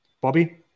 Bobby